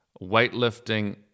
weightlifting